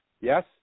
yes